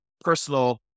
personal